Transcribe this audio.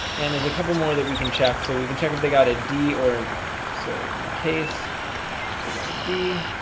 and there's a couple more that we can check so we can check if they got a d or an f. so in the case they got a d